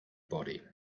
body